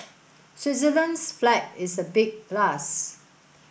Switzerland's flag is a big plus